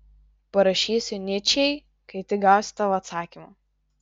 parašysiu nyčei kai tik gausiu tavo atsakymą